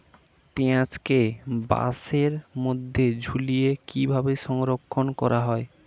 পেঁয়াজকে বাসের মধ্যে ঝুলিয়ে কিভাবে সংরক্ষণ করা হয়?